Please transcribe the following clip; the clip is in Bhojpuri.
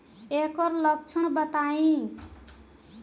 ऐकर लक्षण बताई?